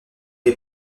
des